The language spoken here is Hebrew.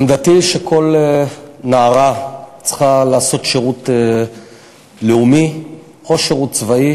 עמדתי היא שכל נערה צריכה לעשות שירות לאומי או שירות צבאי.